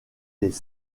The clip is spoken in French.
les